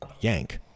yank